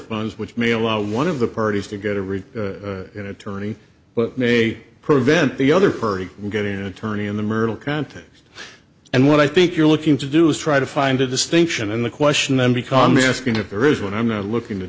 funds which may allow one of the parties to get a read in attorney but may prevent the other party getting an attorney in the myrtle context and what i think you're looking to do is try to find a distinction and the question then becomes asking if there is when i'm not looking to